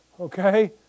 okay